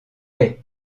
les